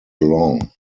long